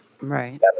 Right